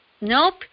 nope